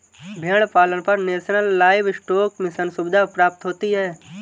भेड़ पालन पर नेशनल लाइवस्टोक मिशन सुविधा प्राप्त होती है